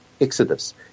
exodus